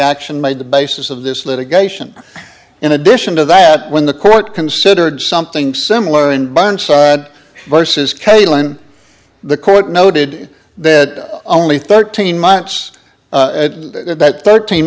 action made the basis of this litigation in addition to that when the court considered something similar in burnside versus kalen the court noted that only thirteen months at that thirteen